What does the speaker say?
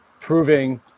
proving